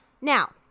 Now